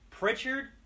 Pritchard